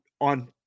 on